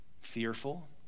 fearful